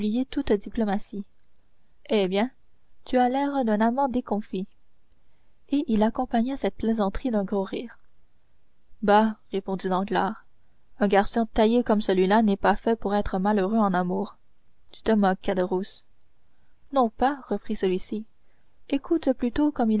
diplomatie eh bien tu as l'air d'un amant déconfit et il accompagna cette plaisanterie d'un gros rire bah répondit danglars un garçon taillé comme celui-là n'est pas fait pour être malheureux en amour tu te moques caderousse non pas reprit celui-ci écoute plutôt